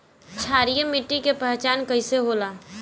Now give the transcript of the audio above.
क्षारीय मिट्टी के पहचान कईसे होला?